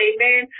Amen